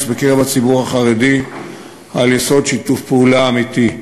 בקרב הציבור החרדי על יסוד שיתוף פעולה אמיתי.